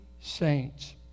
saints